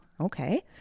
Okay